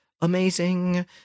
amazing